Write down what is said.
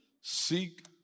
seek